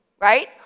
right